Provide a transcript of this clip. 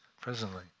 presently